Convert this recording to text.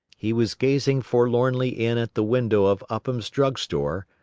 he was gazing forlornly in at the window of upham's drugstore,